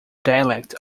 dialect